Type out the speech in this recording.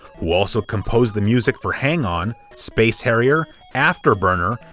who also composed the music for hang-on, space harrier, after burner,